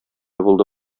булды